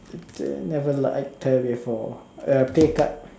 never liked her before uh play card